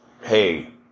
Hey